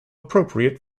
appropriate